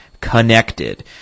connected